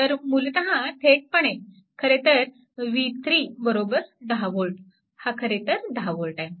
तर मूलतः थेटपणे खरेतर v3 10V हा खरेतर 10V आहे